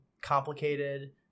complicated